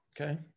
Okay